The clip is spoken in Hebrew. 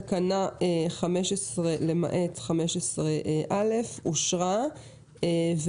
תקנה 15 למעט 15א אושרה פה-אחד.